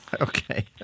Okay